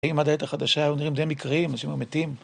אם עד העת חדשה, היו נראים די מקריים, אנשים היו מתים.